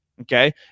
okay